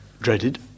dreaded